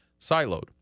siloed